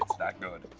that good.